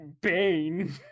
Bane